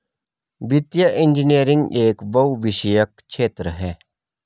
वित्तीय इंजीनियरिंग एक बहुविषयक क्षेत्र है